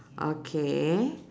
okay